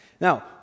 Now